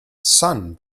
son